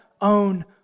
own